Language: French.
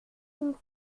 une